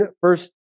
first